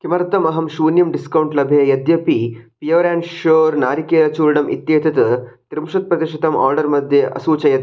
किमर्थमहं शून्यं डिस्कौण्ट् लभे यद्यपि प्योर् आण्ड् शोर् नारिकेरचूर्णम् इत्येतत् त्रिंशत् प्रतिशतम् आर्डर् मध्ये असूचयत्